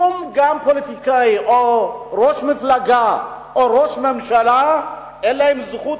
גם פוליטיקאי או ראש מפלגה או ראש ממשלה אין להם זכות